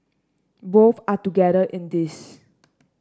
both are together in this